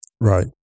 Right